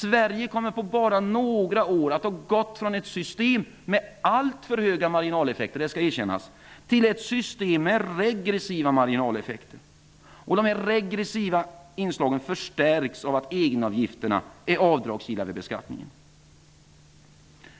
Sverige kommer på bara några år att ha gått från ett system med alltför höga marginaleffekter -- det skall erkännas -- till ett system med regressiva marginaleffekter. De regressiva inslagen förstärks av att egenavgifterna är avdragsgilla vid beskattningen.